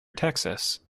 texas